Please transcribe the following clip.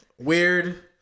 Weird